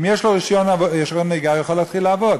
אם יש לו רישיון נהיגה, הוא יכול להתחיל לעבוד.